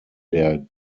der